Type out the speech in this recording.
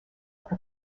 are